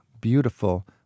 beautiful